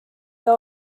they